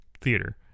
theater